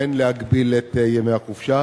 ואין להגביל את ימי החופשה.